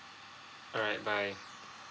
alright bye